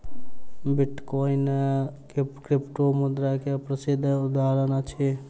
bitcoin क्रिप्टोमुद्रा के प्रसिद्ध उदहारण अछि